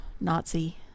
Nazi